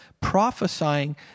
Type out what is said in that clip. prophesying